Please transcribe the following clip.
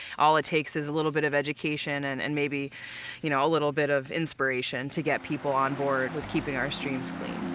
all it takes is a little bit of education and and maybe you know a little bit of inspiration to get people on board with keeping our streams clean.